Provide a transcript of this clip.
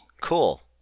Cool